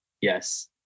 Yes